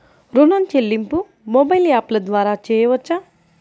ఋణం చెల్లింపు మొబైల్ యాప్ల ద్వార చేయవచ్చా?